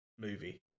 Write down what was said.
movie